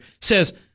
says